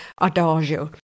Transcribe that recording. adagio